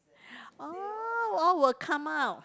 oh all will come out